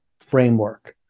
framework